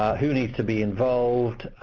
who needs to be involved?